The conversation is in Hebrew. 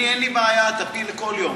אני, אין לי בעיה, תפיל כל יום.